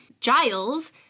Giles